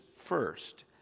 first